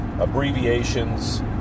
abbreviations